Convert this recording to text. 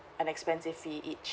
an expensive fee each